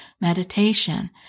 meditation